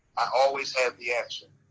i always had the answer.